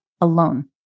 alone